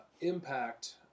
impact